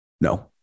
no